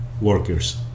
workers